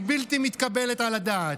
היא בלתי מתקבלת על הדעת.